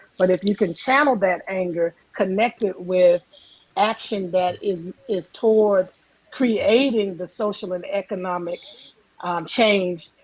but if you can channel that anger, connect it with action that is is toward creating the social and economic change,